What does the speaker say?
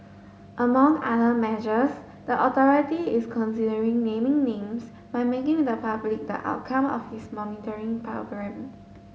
among other measures the authority is considering naming names by making the public the outcome of its monitoring programme